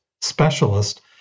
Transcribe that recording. specialist